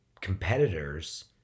competitors